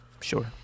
Sure